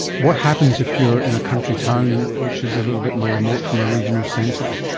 what happens if you're in a country town which is a little bit more remote from a regional centre?